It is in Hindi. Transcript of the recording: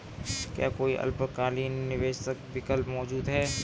क्या कोई अल्पकालिक निवेश विकल्प मौजूद है?